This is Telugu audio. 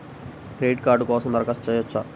క్రెడిట్ కార్డ్ కోసం దరఖాస్తు చేయవచ్చా?